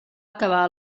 acabar